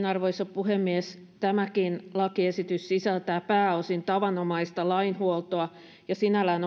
arvoisa puhemies tämäkin lakiesitys sisältää pääosin tavanomaista lainhuoltoa ja sinällään